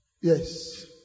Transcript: Yes